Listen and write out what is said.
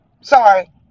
Sorry